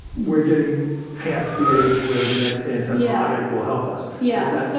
we're getting past the age where the next antibiotic will help us. yeah. yeah, so,